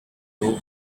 two